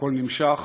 והכול נמשך,